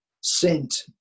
sent